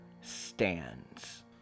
stands